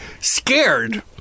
scared